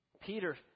Peter